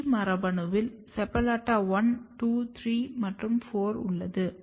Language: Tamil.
E மரபணுவில் SEPALLATA 1 2 3 4 உள்ளது